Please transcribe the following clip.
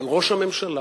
אבל ראש הממשלה